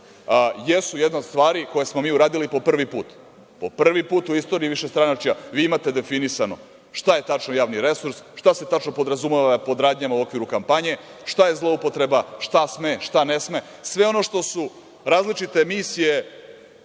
jesu jedna od stvari koje smo mi uradili po prvi put. Po prvi put u istoriji višestranačja vi imate definisano šta je tačno javni resurs, šta se tačno podrazumeva pod radnjama u okviru kampanje, šta je zloupotreba, šta sme, šta ne sme, sve ono što su različite misije